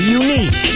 unique